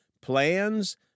plans